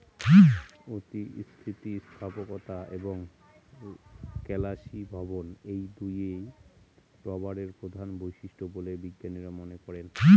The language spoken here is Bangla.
অতি স্থিতিস্থাপকতা এবং কেলাসীভবন এই দুইই রবারের প্রধান বৈশিষ্ট্য বলে বিজ্ঞানীরা মনে করেন